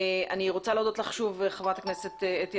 אני רוצה להודות לך שוב בחרת הכנסת אתי